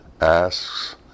asks